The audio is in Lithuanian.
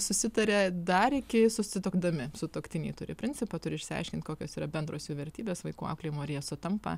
susitaria dar iki susituokdami sutuoktiniai turi principą turi išsiaiškinti kokios yra bendros jų vertybės vaikų auklėjimo ar jie sutampa